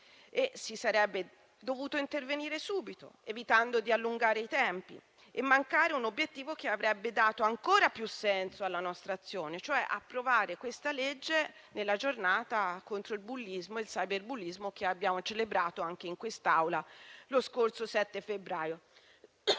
Si sarebbe dovuto intervenire subito, evitando di allungare i tempi e mancare un obiettivo che avrebbe dato ancora più senso alla nostra azione, cioè approvare questa legge nella giornata contro il bullismo e il cyberbullismo, che abbiamo celebrato anche in quest'Aula lo scorso 7 febbraio.